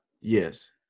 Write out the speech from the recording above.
Yes